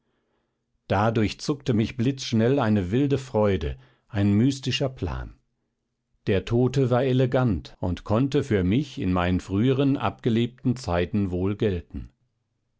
da durchzuckte mich blitzschnell eine wilde freude ein mystischer plan der tote war elegant und konnte für mich in meinen früheren abgelebten zeiten wohl gelten